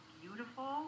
beautiful